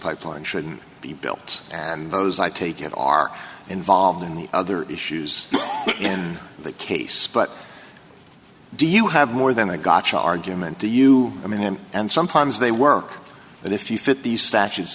pipeline should be built and those i take it are involved in the other issues in the case but do you have more than a gotcha argument do you i mean them and sometimes they work but if you fit these statutes